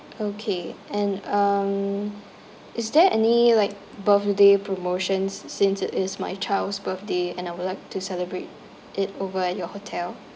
okay and um is there any like birthday promotions since it is my child's birthday and I would like to celebrate it over at your hotel